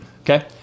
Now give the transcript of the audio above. Okay